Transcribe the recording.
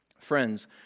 Friends